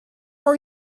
are